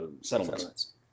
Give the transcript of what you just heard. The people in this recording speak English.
settlements